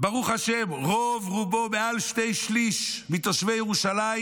ברוך השם רוב-רובם, מעל שני שלישים מתושבי ירושלים